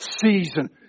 season